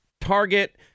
Target